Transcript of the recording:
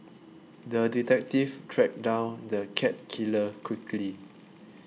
the detective tracked down the cat killer quickly